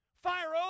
Fire